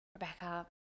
Rebecca